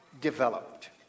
developed